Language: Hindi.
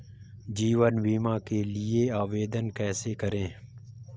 जीवन बीमा के लिए आवेदन कैसे करें?